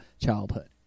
childhood